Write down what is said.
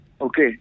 Okay